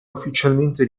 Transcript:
ufficialmente